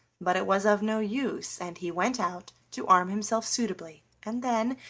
but it was of no use, and he went out to arm himself suitably, and then,